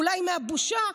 אולי מהבושה,